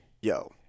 yo